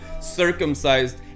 circumcised